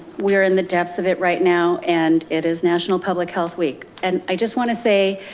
we're in the depths of it right now and it is national public health week. and i just wanna say,